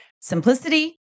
Simplicity